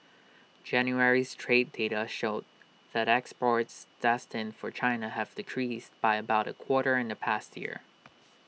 January's trade data showed that exports destined for China have decreased by about A quarter in the past year